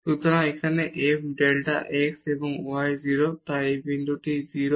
সুতরাং এখানে f delta x এবং y 0 তাই এই বিন্দুটি 0